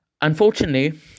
unfortunately